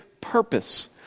purpose